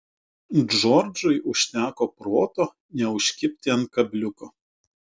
džordžui užteko proto neužkibti ant kabliuko